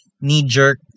knee-jerk